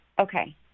Okay